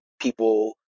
people